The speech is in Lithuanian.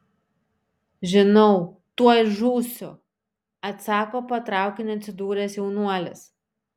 žinau tuoj žūsiu atsako po traukiniu atsidūręs jaunuolis